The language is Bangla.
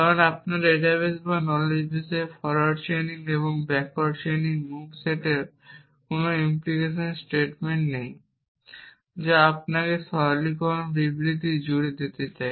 কারণ আপনার ডেটা বেস বা নলেজ বেস এ ফরোয়ার্ড চেইনিং এবং ব্যাকওয়ার্ড চেইনিং মুভ সেটের কোনো ইমপ্লিকেশন স্টেটমেন্ট নেই যা আপনাকে সরলীকরণ বিবৃতি জুড়ে যেতে দেয়